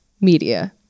media